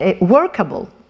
workable